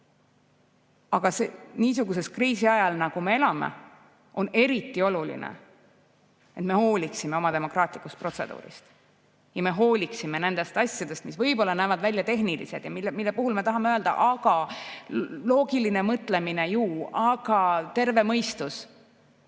Aga niisuguse kriisi ajal, nagu me elame, on eriti oluline, et me hooliksime oma demokraatlikust protseduurist ja et me hooliksime nendest asjadest, mis võib‑olla näevad välja tehnilised ja mille puhul me tahame öelda: aga loogiline mõtlemine ju, aga terve mõistus.